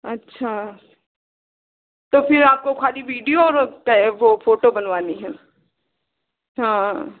अच्छा तो ख़ाली आपको वह वीडियो और तो वह फोटो बनवानी है हाँ